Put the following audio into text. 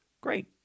great